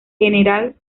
gral